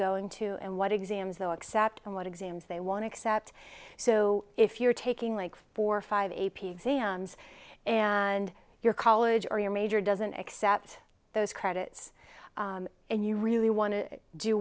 going to and what exams though accept and what exams they want to accept so if you're taking like four or five a p exams and your college or your major doesn't accept those credits and you really want to do